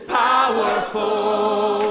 powerful